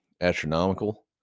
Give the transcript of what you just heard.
astronomical